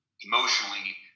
emotionally